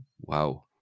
wow